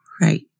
Right